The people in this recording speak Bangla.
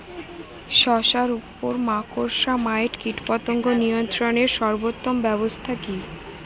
শশার উপর মাকড়সা মাইট কীটপতঙ্গ নিয়ন্ত্রণের সর্বোত্তম ব্যবস্থা কি?